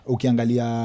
Ukiangalia